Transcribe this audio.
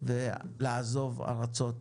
ולעזוב ארצות.